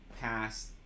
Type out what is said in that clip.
past